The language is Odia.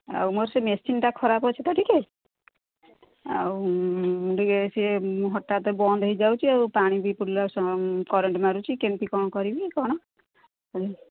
ଆଉ ମୋର ସେ ମେସିନ୍ଟା ଖରାପ ଅଛି ତ ଟିକେ ଆଉ ଟିକେ ସିଏ ହଠାତ୍ ବନ୍ଦ ହେଇଯାଉଛି ଆଉ ପାଣି ବି ପୁରିଲା କରେଣ୍ଟ୍ ମାରୁଛି କେମିତି କ'ଣ କରିବି କ'ଣ